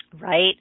right